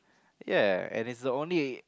ya and it's the only